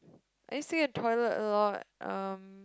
I used to be in toilet a lot um